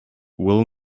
will